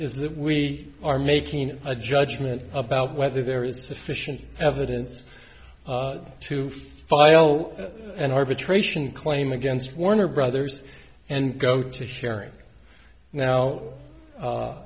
is that we are making a judgment about whether there is sufficient evidence to file an arbitration claim against warner brothers and go to sharing now